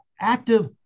active